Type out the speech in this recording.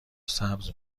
سبز